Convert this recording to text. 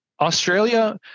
Australia